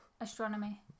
Astronomy